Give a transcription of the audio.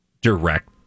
direct